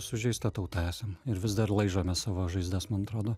sužeista tauta esam ir vis dar laižome savo žaizdas man atrodo